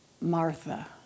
Martha